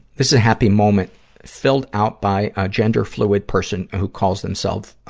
this is a happy moment filled out by a gender-fluid person who calls themselves, ah,